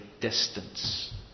distance